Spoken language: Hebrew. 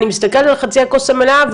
אני מסתכלת על חצי הכוס המלאה,